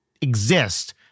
exist